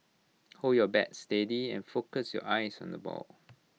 hold your bat steady and focus your eyes on the ball